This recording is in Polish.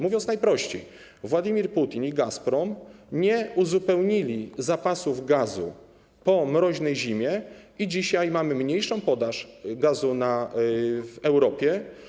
Mówiąc najprościej, Władimir Putin i Gazprom nie uzupełnili zapasów gazu po mroźnej zimie i dzisiaj mamy mniejszą podaż gazu w Europie.